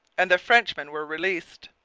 and the frenchmen were released.